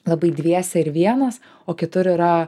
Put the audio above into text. labai dviese ir vienas o kitur yra